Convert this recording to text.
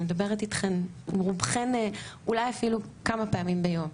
אני מדברת עם רובכן אולי אפילו כמה פעמים ביום.